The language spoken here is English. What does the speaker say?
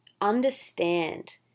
understand